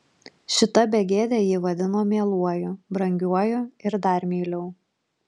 šita begėdė jį vadino mieluoju brangiuoju ir dar meiliau